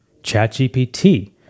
ChatGPT